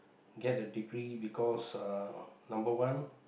get the degree because uh number one